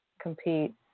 compete